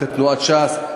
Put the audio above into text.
כתנועת ש"ס,